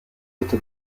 hätte